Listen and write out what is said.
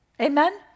Amen